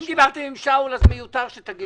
אם אנחנו צודקים, תנו חלופה.